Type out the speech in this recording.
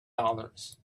dollars